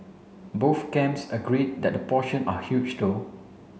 both camps agree that the portion are huge though